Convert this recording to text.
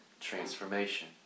transformation